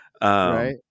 Right